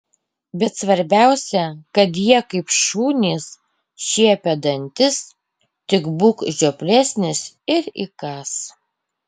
bet svarbiausia kad jie kaip šunys šiepia dantis tik būk žioplesnis ir įkąs